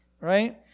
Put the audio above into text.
right